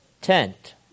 tent